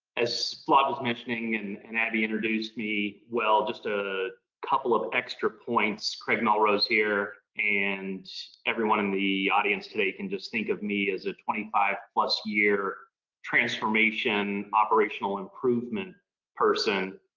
as vlad was mentioning, and and abbie introduced me, well, just a couple of extra points. craig melrose here, and everyone in the audience today can just think of me as a twenty five plus year transformation, operational improvement person,